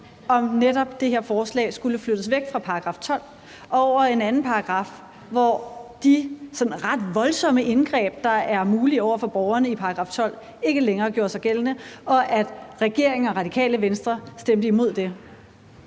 hvorvidt det her forslag skulle flyttes væk fra kapitel 12 og over i en anden paragraf, hvor de sådan ret voldsomme indgreb, der er mulige over for borgerne i kapitel 12, ikke længere gjorde sig gældende, og at regeringen og Radikale Venstre stemte imod det?